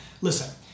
Listen